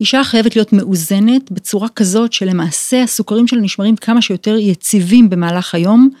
אישה חייבת להיות מאוזנת בצורה כזאת שלמעשה הסוכרים שלה נשמרים כמה שיותר יציבים במהלך היום.